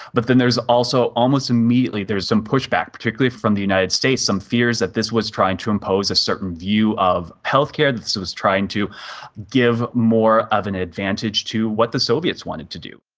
but then there's also, almost immediately there is some pushback, particularly from the united states, some fears that this was trying to impose a certain view of healthcare, healthcare, this was trying to give more of an advantage to what the soviets wanted to do.